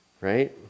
right